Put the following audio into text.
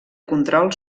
control